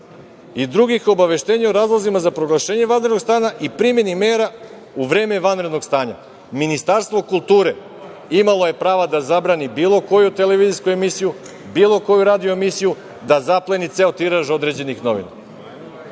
i drugih obaveštenja o razlozima za proglašenje vanrednog stanja i primeni mera u vreme vanrednog stanja. Ministarstvo kulture imalo je prava da zabrani bilo koju televizijsku emisiju, bilo koju radio emisiju, da zapleni ceo tiraž određenih novina. Sad,